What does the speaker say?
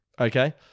okay